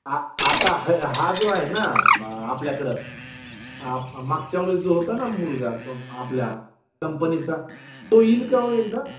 आ आता ह हा जो आहे ना आपल्याकडं मागच्यावेळी जो होता ना मुलगा तो आपल्या कंपनीचा तो येईल का ओ एकदा